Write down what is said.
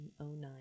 1909